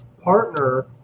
partner